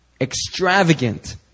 Extravagant